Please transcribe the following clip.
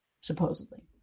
supposedly